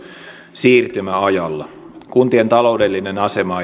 siirtymäajalla kuntien taloudellinen asema